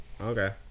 Okay